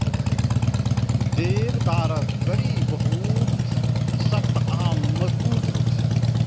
देवदारक कड़ी बहुत सख्त आ मजगूत होइ छै